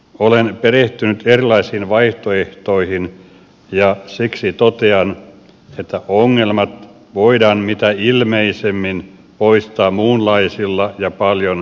olen perehtynyt erilaisiin vaihtoehtoihin ja siksi totean että ongelmat voidaan mitä ilmeisimmin poistaa muunlaisilla ja paljon halvemmilla ratkaisuilla